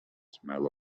smell